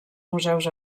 museus